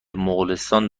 مغولستانی